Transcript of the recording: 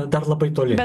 dar labai toli